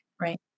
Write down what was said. Right